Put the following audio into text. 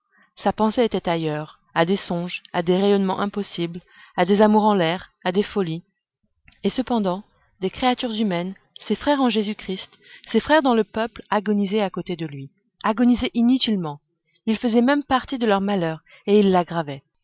sa pensée était ailleurs à des songes à des rayonnements impossibles à des amours en l'air à des folies et cependant des créatures humaines ses frères en jésus-christ ses frères dans le peuple agonisaient à côté de lui agonisaient inutilement il faisait même partie de leur malheur et il l'aggravait